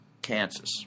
Kansas